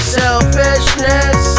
selfishness